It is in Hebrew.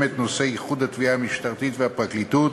את נושא איחוד התביעה המשטרתית והפרקליטות,